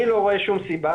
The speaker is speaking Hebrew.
אני לא רואה שום סיבה